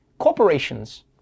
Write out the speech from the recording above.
Corporations